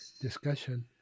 discussion